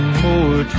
more